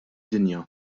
dinja